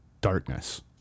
darkness